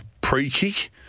pre-kick